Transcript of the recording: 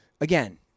again